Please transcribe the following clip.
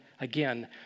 again